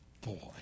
Boy